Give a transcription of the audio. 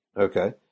okay